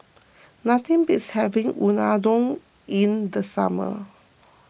nothing beats having Unadon in the summer